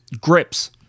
grips